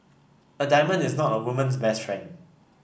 a diamond is not a woman's best friend